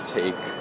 take